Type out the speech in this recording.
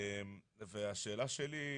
והשאלה שלי,